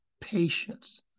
patience